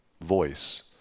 voice